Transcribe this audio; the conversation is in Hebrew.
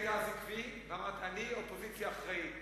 היית אז עקבי, ואמרת: אני אופוזיציה אחראית.